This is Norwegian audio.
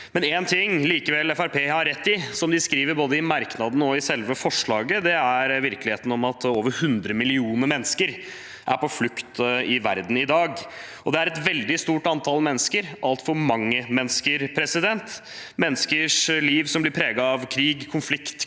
likevel har rett i, som de skriver både i merknadene og i selve forslaget, er den virkeligheten at over 100 millioner mennesker er på flukt i verden i dag. Det er et veldig stort antall mennesker – altfor mange mennesker. Det er menneskeliv som blir preget av krig, konflikt,